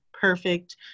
Perfect